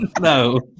No